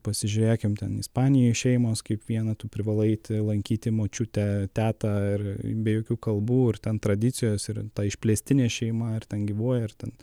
pasižiūrėkim ten ispanijoj šeimos kaip viena tu privalai eiti lankyti močiutę tetą ir be jokių kalbų ir ten tradicijos ir ta išplėstinė šeima ir ten gyvuoja ir ten